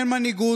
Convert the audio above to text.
אין מנהיגות,